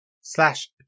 slash